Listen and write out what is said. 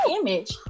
image